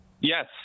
Yes